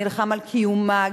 נלחם על קיומה,